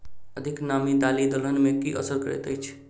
अधिक नामी दालि दलहन मे की असर करैत अछि?